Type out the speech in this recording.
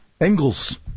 Engels